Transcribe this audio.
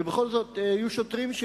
ובכל זאת היו שוטרים,